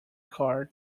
card